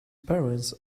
parents